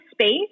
space